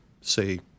say